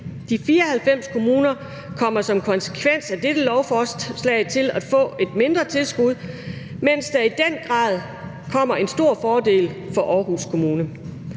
De 94 kommuner kommer som konsekvens af dette lovforslag til at få et mindre tilskud, mens der i den grad kommer en stor fordel for Aarhus Kommune.